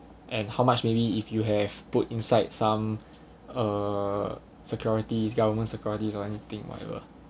and how much maybe if you have put inside some uh securities government securities or anything whatever